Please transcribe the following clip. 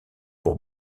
pour